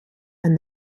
and